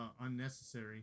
unnecessary